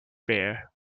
bare